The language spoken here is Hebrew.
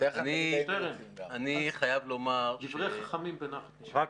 שטרן, דברי חכמים בנחת נשמעים.